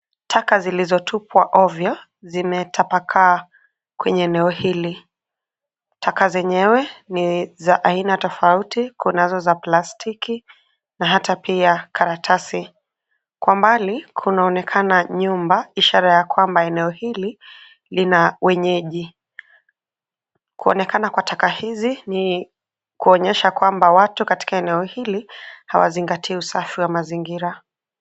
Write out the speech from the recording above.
Taka zilizotupwa ovyo zimetapakaa kwenye eneo hili, taka zenyewe ni za aina tofauti kunazo za plastiki na hata pia karatasi. Kwa mbali kunaoneka nyumba ishara kwamba eneo hili lina wenyeji, kuonekana kwa taka hizi ni kuonyesha kwamba watu katika eneo hili hawazingatii usafi mazingira.